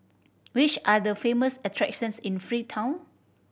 which are the famous attractions in Freetown